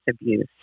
abuse